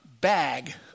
bag